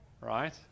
Right